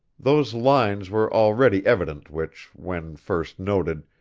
those lines were already evident which, when first noted,